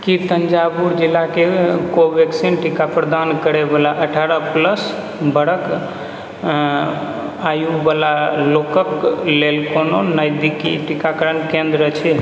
की तंजावूर जिला कोवेक्सिन टीका प्रदान करय बला अठारह प्लस बरष आयु बला लोकक लेल कोनो नजदीकी टीकाकरण केंद्र अछि